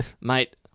Mate